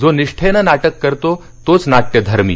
जो निष्ठेने नाटक करतो तोच नाट्यधर्मी